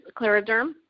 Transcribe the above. Clariderm